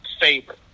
favor